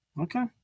Okay